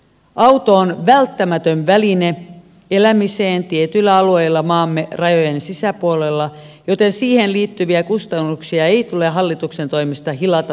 auto on välttämätön väline elämiseen tietyillä alueilla maamme rajojen sisäpuolella joten siihen liittyviä kustannuksia ei tule hallituksen toimesta hilata taivaisiin